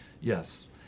Yes